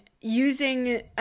using